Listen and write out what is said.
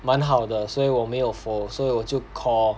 蛮好的所以我没有 fold 所以我就 call